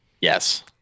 Yes